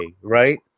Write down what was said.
right